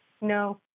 No